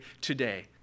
today